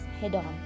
head-on